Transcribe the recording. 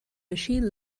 machine